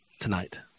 tonight